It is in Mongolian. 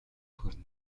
хүрнэ